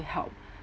help